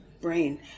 brain